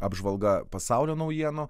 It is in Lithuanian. apžvalga pasaulio naujienų